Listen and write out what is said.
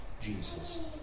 Jesus